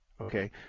Okay